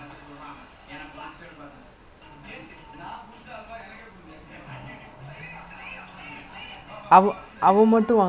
I think he buy those kind of not really branded but it's like twenty thirty dollars that kind of price range but like that kind of brands lah